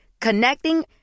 Connecting